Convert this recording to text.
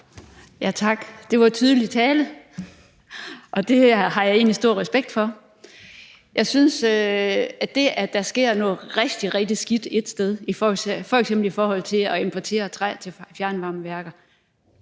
Tak. Det var jo tydelig tale, og det har jeg egentlig stor respekt for. Jeg vil sige, at det, at der sker noget rigtig, rigtig skidt ét sted, f.eks. i forhold til at importere træ til fjernvarmeværker,